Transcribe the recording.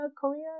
Korea